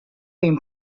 been